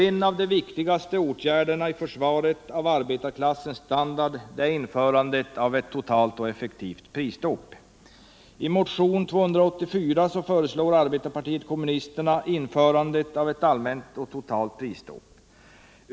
En av de viktigaste åtgärderna i försvaret av arbetarklassens standard är införandet av ett totalt och effektivt prisstopp. I motionen 284 föreslår arbetarpartiet kommunisterna införandet av ett allmänt och totalt prisstopp.